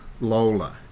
Lola